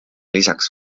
lisaks